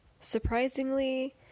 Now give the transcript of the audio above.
surprisingly